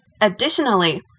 Additionally